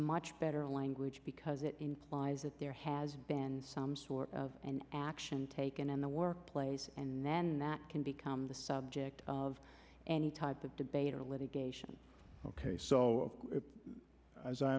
much better language because it implies that there has been some sort of an action taken in the workplace and then that can become the subject of any type of debate or litigation ok so i